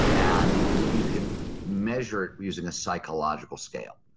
and you can you can measure it using a psychological scale.